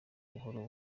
buhoro